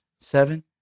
seven